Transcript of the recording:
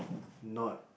not